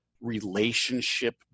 relationship